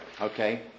okay